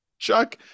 Chuck